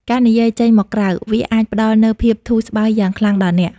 ការនិយាយចេញមកក្រៅ វាអាចផ្តល់នូវភាពធូរស្បើយយ៉ាងខ្លាំងដល់អ្នក។